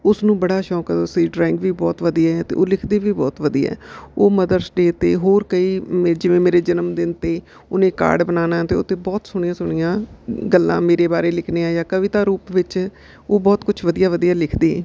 ਉਸ ਨੂੰ ਬੜਾ ਸ਼ੌਕ ਹੈ ਉਸਦੀ ਡਰਾਇੰਗ ਵੀ ਬਹੁਤ ਵਧੀਆ ਹੈ ਅਤੇ ਉਹ ਲਿਖਦੀ ਵੀ ਬਹੁਤ ਵਧੀਆ ਹੈ ਉਹ ਮਦਰਸ ਡੇਅ 'ਤੇ ਹੋਰ ਕਈ ਮ ਜਿਵੇਂ ਮੇਰੇ ਜਨਮਦਿਨ 'ਤੇ ਉਹਨੇ ਕਾਰਡ ਬਣਾਉਣਾ ਅਤੇ ਉਹ 'ਤੇ ਬਹੁਤ ਸੋਹਣੀਆਂ ਸੋਹਣੀਆਂ ਗੱਲਾਂ ਮੇਰੇ ਬਾਰੇ ਲਿਖਣੀਆਂ ਜਾਂ ਕਵਿਤਾ ਰੂਪ ਵਿੱਚ ਉਹ ਬਹੁਤ ਕੁਛ ਵਧੀਆ ਵਧੀਆ ਲਿਖਦੀ ਹੈ